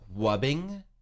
wubbing